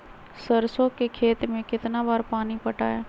सरसों के खेत मे कितना बार पानी पटाये?